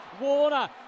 Warner